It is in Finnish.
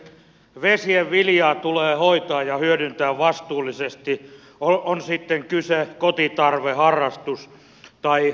vesien viljaa tulee hoitaa ja hyödyntää vastuullisesti on sitten kyse kotitarve harrastus tai ammattikalastuksesta